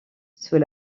sous